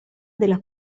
della